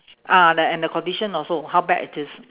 ah the and the condition also how bad it is